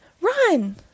run